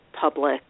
public